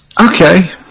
Okay